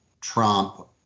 Trump